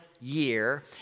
year